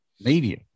media